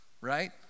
right